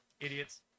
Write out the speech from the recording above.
Idiots